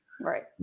Right